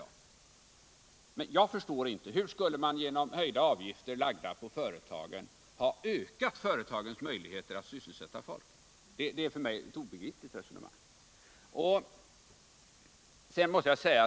Men jag förstår inte hur man genom en höjning av avgifterna för företagen skulle ha ökat företagens möjligheter att sysselsätta folk. Det är för mig ett obegripligt resonemang.